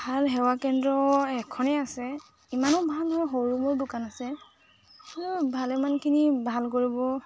ভাল সেৱা কেন্দ্ৰ এখনেই আছে ইমানো ভাল নহয় সৰু মোৰ দোকান আছে ভালেমানখিনি ভাল কৰিব